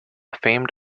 famed